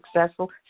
successful